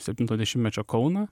septinto dešimtmečio kauną